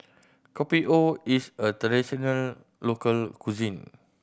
Kopi O is a traditional local cuisine